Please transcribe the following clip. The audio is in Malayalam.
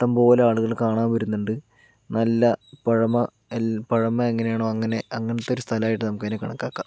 ഇഷ്ടംപോലെ ആളുകൾ കാണാൻ വരുന്നുണ്ട് നല്ല പഴമ പഴമ എങ്ങനെയാണോ അങ്ങനെ അങ്ങനത്തെ ഒരു സ്ഥലമായിട്ട് നമുക്കതിനെ കണക്കാക്കാം